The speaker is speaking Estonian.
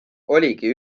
oligi